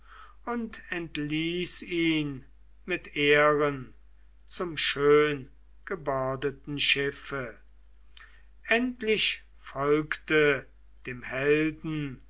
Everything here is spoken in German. und entließ ihn mit ehren zum schöngebordeten schiffe endlich folgte dem helden